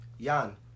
Jan